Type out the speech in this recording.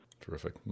Terrific